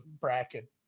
bracket